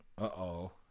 uh-oh